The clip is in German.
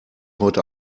heute